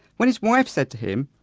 when his wife said to him,